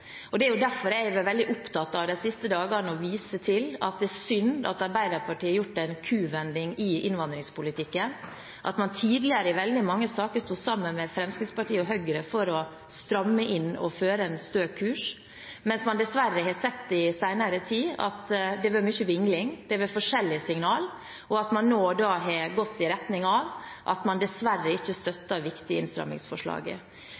Det er derfor jeg har vært veldig opptatt av de siste dagene å vise til at det er synd at Arbeiderpartiet har gjort en kuvending i innvandringspolitikken, at man tidligere i veldig mange saker sto sammen med Fremskrittspartiet og Høyre for å stramme inn og føre en stø kurs, mens man dessverre den senere tid har sett at det har vært mye vingling, det har vært forskjellige signaler, og at man nå har gått i retning av at man dessverre ikke